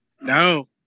no